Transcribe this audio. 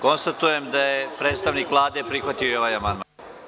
Konstatujem da je predstavnik Vlade prihvatio i ovaj amandman.